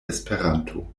esperanto